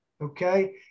Okay